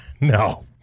No